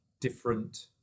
different